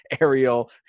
Ariel